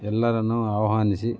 ಎಲ್ಲರನ್ನೂ ಆಹ್ವಾನಿಸಿ